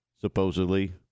supposedly